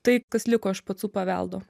tai kas liko iš pacų paveldo